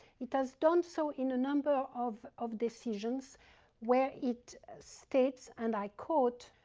it has done so in a number of of decisions where it states, and i quote,